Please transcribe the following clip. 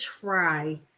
try